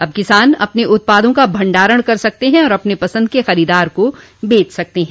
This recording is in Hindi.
अब किसान अपने उत्पादों का भंडारण कर सकते हैं और अपने पसंद के खरीदार को बेच सकते हैं